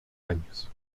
años